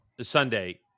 Sunday